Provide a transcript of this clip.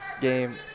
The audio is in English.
game